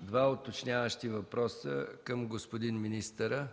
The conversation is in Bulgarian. два уточняващи въпроса към господин министъра?